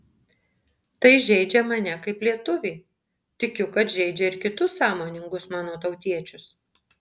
tai žeidžia mane kaip lietuvį tikiu kad žeidžia ir kitus sąmoningus mano tautiečius